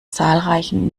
zahlreichen